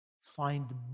find